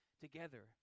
together